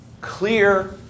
clear